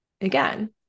again